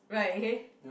right hey